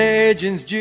Legends